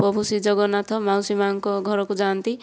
ପ୍ରଭୁ ଶ୍ରୀ ଜଗନ୍ନାଥ ମାଉସୀ ମା'ଙ୍କ ଘରକୁ ଯାଆନ୍ତି